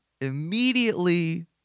immediately